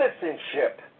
citizenship